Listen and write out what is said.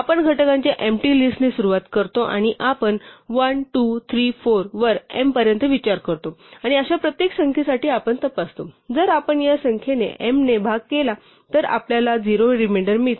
आपण घटकांच्या empty list ने सुरुवात करतो आणि आपण 1 2 3 4 वर m पर्यंत विचार करतो आणि अशा प्रत्येक संख्येसाठी आपण तपासतो जर आपण या संख्येने m ने भाग केला तर आपल्याला 0 रिमेंडर मिळते